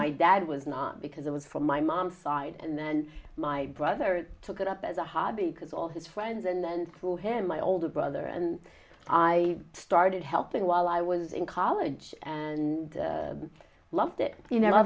my dad was not because i was from my mom's side and then my brother took it up as a hobby because all his friends and then through him my older brother and i started helping while i was in college and i loved it you know i